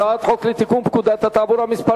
הצעת חוק לתיקון פקודת התעבורה (מס'